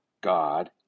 God